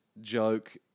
joke